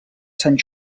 sant